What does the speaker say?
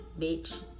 bitch